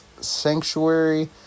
Sanctuary